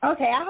Okay